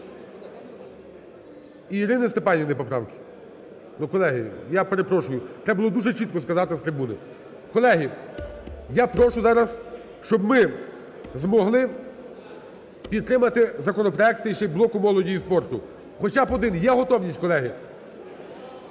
Ірини Степанівни поправки. Ну, колеги, я перепрошую, треба було дуже чітко сказати з трибуни. Колеги, я прошу зараз, щоб ми змогли підтримати законопроекти іще блоку молоді і спорту, хоча б один. Є готовність, колеги?